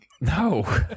No